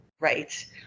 right